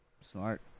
Smart